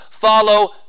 follow